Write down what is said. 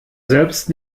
selbst